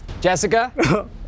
Jessica